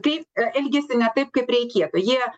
kaip elgiasi ne taip kaip reikėtų jie